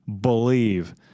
Believe